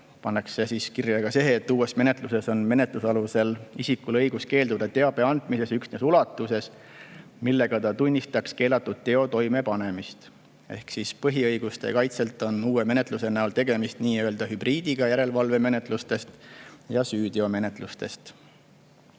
pannakse kirja see, et uues menetluses on menetlusalusel isikul õigus keelduda teabe andmisest üksnes ulatuses, millega ta tunnistaks keelatud teo toimepanemist. Ehk siis põhiõiguste kaitse seisukohalt on uue menetluse näol tegemist nii-öelda järelevalvemenetluste ja süüteomenetluste